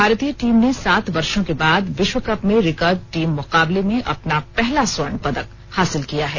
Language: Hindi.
भारतीय टीम ने सात वर्षो के बाद विश्वकप में रिकर्व टीम मुकाबले में अपना पहला स्वर्ण पदक हासिल किया है